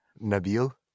Nabil